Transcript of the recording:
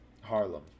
Harlem